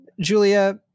Julia